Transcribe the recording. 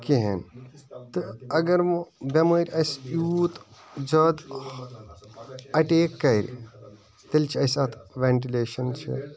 کِہیٖنۍ تہٕ اَگَر وۄنۍ بیٚمٲر اسہِ یوٗت زیادٕ اَٹیک کَرِ تیٚلہِ چھِ اسہِ اَتھ ویٚنٹِلیشن چھِ